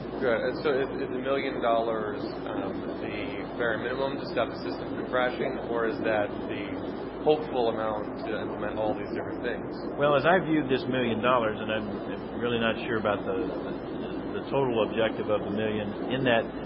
good, and so, is is the million dollars the bare minimum to stop the system from crashing or is that the hopeful amount to implement all these different things? well, as i viewed these million dollars and i'm really not sure about the the total objective of the million in that,